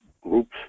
groups